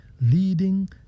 leading